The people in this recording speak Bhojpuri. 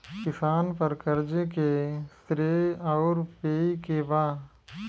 किसान पर क़र्ज़े के श्रेइ आउर पेई के बा?